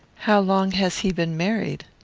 how long has he been married?